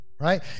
right